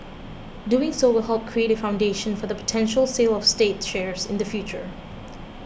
doing so will help create a foundation for the potential sale of state shares in the future